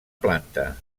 planta